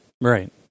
right